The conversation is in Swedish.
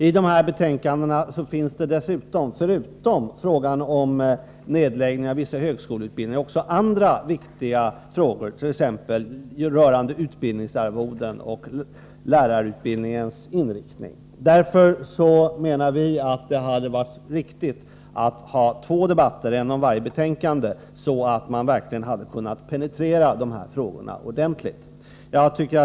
I dessa betänkanden behandlas dessutom förutom frågan om nedläggning av vissa högskoleutbildningar också andra viktiga frågor t.ex. rörande utbildningsarvoden och lärarutbildningens inriktning. Därför menar vi att det hade varit riktigt att ha två debatter, en om varje betänkande, så att vi verkligen hade kunnat penetrera dessa frågor ordentligt.